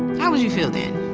how would you feel then?